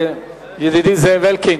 ידידי זאב אלקין,